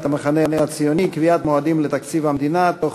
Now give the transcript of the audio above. המחנה הציוני: קביעת מועדים להגשת תקציב המדינה תוך